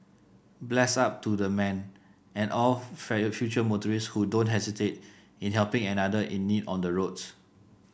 bless up to the man and all future motorists who don't hesitate in helping another in need on the roads